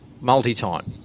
multi-time